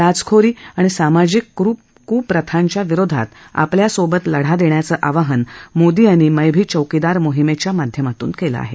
लाचखोरी आणि सामाजिक कुप्रथांच्या विरोधात आपल्यासोबत लढा देण्याचं आवाहन मोदी यांनी मै भी चौकीदार मोहीमेच्या माध्यमातून केलं आहे